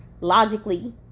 logically